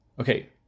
Okay